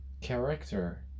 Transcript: character